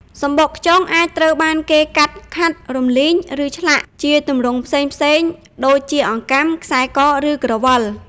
សំបកខ្យងអាចត្រូវបានគេ កាត់ ខាត់ រំលីង ឬឆ្លាក់ ជាទម្រង់ផ្សេងៗ ដូចជាអង្កាំ ខ្សែ ក ឬក្រវិល។